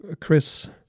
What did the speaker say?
Chris